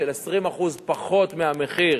של 20% פחות מהמחיר